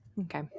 Okay